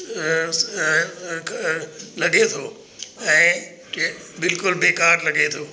लॻे थो ऐं बिल्कुल बेकार लॻे थो